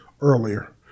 earlier